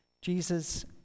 Jesus